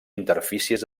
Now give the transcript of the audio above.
interfícies